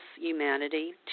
humanity